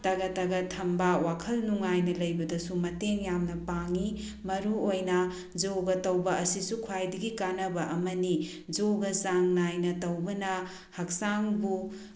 ꯇꯒꯠ ꯇꯒꯠ ꯊꯝꯕ ꯋꯥꯈꯜ ꯅꯨꯡꯉꯥꯏꯅ ꯂꯩꯕꯗꯁꯨ ꯃꯇꯦꯡ ꯌꯥꯝꯅ ꯄꯥꯡꯉꯤ ꯃꯔꯨ ꯑꯣꯏꯅ ꯌꯣꯒꯥ ꯇꯧꯕ ꯑꯁꯤꯁꯨ ꯈ꯭ꯋꯥꯏꯗꯒꯤ ꯀꯥꯟꯅꯕ ꯑꯃꯅꯤ ꯌꯣꯒꯥ ꯆꯥꯡ ꯅꯥꯏꯅ ꯇꯧꯕꯅ ꯍꯛꯆꯥꯡꯕꯨ